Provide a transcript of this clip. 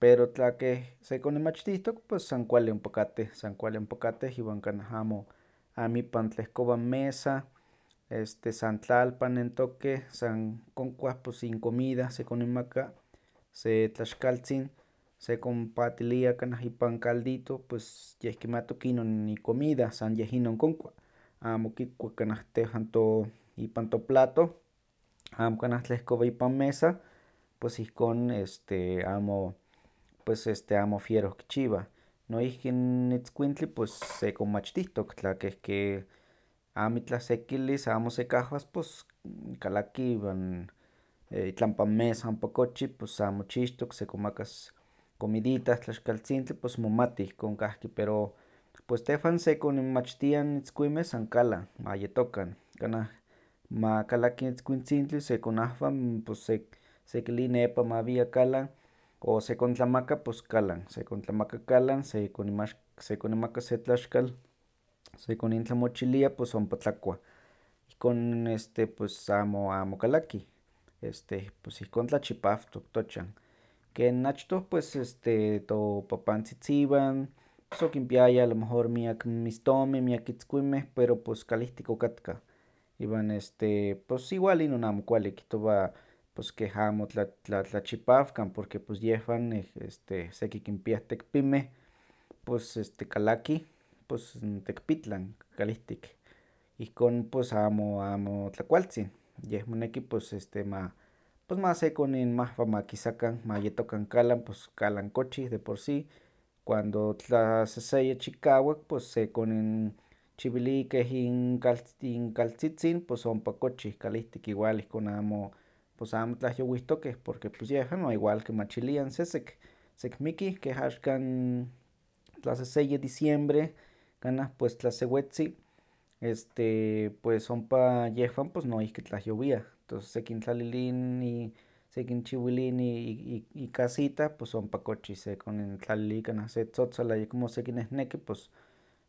Pero tlakeh sekoninmachtihtok san kualli ompa katteh, san kualli ompa katteh iwan kanah amo amipan tlehkowah n mesa, este san tlalpan nentokeh, san konkuah pos incomida sekoninmaka, se tlaxkaltzin sekonpaatilia kanah ipan caldito pues yeh kimattok inon icomida san yehinon konkua, amo kikua kanah tehwan to- ipan to tlapato, amo kanah tlehkowa ipan mesa pues ihkon este amo, pues este amo wieroh kichiwah. Noihki n itzkuintli pues sekonmachtihtok tla keh amitlah sekillis, amo sekahwas pos kalaki iwan itlampa n mesa ompa kochi pos san mochixtok sekonmakas comiditah tlaxkaltzintli pos momati ihkon kahki, pero pues tehwan sekoninmachtiah n itzkuinmeh san kalan, ma yettokan. Kanah ma kalaki n itzkuintzintli sekonahwa pos sek- sekili nepan ma wia kalan, o sekontlamaka pos kalan, sekontlamaka kalan sekoninmax- sekoninmaka se tlaxkal, sekonintlamochilia pos ompa tlakuah, ihkon este pos amo- amo kalakih, este pos ihkon tlachipawtok tochan. Ken achtoh pues este topapantzitziwan pos okinpiayah alomejor miak n mistomeh miak itzkuinmeh pero pos kalihtik okatkah, iwan este pos igual inon amo kualli, kihtowa pos keh amo tla- tlatlachipawkan porque pos yehwan eh- este seki kinpiah tekpinmeh, pos este kalakih pos n tekpitlan kalihtik, ihkon pues amo- amo tlakualtzin, yeh moneki pos este ma- pos ma sekoninmahwa ma kisakan ma yettokan kalan, pos kalan kochoh deporsí, cuando tlaseseya chikawak pos sekoninchiwili keh inkaltz- inkaltzitzin pos ompa kochih kalihtik igual ihkon amo pos amo tlahyowihtokeh porque pos yehwan no igual kimachiliah n sesek, sekmikih keh axkan tlaseseya diciembre, kanah pues tlasewetzi, este pues ompa yehwan pues noihki tlahyowiah, tos sekintlalili n i- sekinchiwili n i- i- ikasita pues ompa kochih, sekonintlalili kanah se tzotzol ayekmo sekinehneki pos